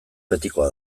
betikoa